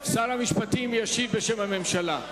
שר המשפטים ישיב בשם הממשלה.